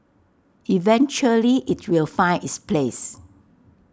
eventually IT will find its place